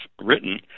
written